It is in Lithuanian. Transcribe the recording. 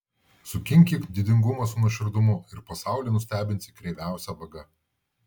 sukinkyk didingumą su nuoširdumu ir pasaulį nustebinsi kreiviausia vaga